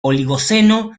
oligoceno